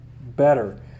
better